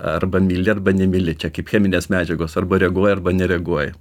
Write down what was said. arba myli arba nemyli kaip cheminės medžiagos arba reaguoja arba nereaguoja